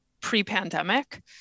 pre-pandemic